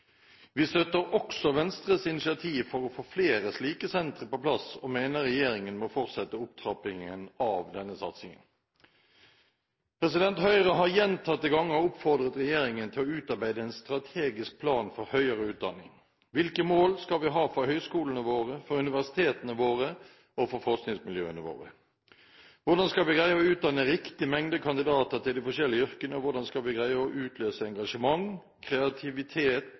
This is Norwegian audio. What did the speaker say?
Vi støtter også Venstres initiativ for å få flere slike sentre på plass og mener regjeringen må fortsette opptrappingen av denne satsingen. Høyre har gjentatte ganger oppfordret regjeringen til å utarbeide en strategisk plan for høyere utdanning. Hvilke mål skal vi ha for høyskolene våre, for universitetene våre og for forskningsmiljøene våre? Hvordan skal vi greie å utdanne riktig mengde kandidater til de forskjellige yrkene, og hvordan skal vi greie å utløse engasjement, kreativitet